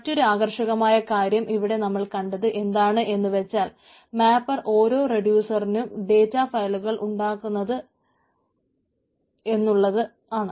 മറ്റൊരു ആർഷകമായ കാര്യം ഇവിടെ നമ്മൾ കണ്ടത് എന്താണെന്നു വച്ചാൽ മാപ്പർ ഓരോ റെഡിയൂസറിനും ഡേറ്റാ ഫയലുകൾ ഉണ്ടാക്കുന്നു എന്നുള്ളതാണ്